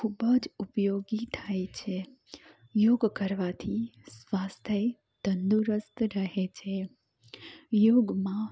ખૂબ જ ઉપયોગી થાય છે યોગ કરવાથી સ્વાસ્થ્ય તંદુરસ્ત રહે છે યોગમાં